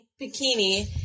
bikini